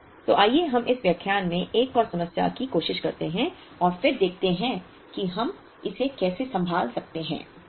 तो आइए हम इस व्याख्यान में एक और समस्या की कोशिश करते हैं और फिर देखते हैं कि हम इसे कैसे संभाल सकते हैं